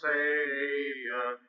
Savior